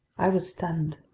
i was stunned.